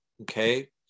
okay